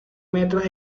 metros